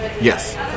Yes